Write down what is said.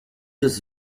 des